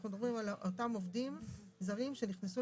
אנחנו מדברים על אותם עובדים זרים שנכנסו